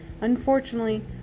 unfortunately